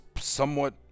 Somewhat